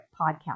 podcast